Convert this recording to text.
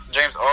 James